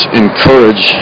encourage